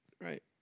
right